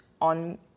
on